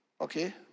Okay